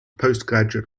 postgraduate